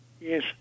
Yes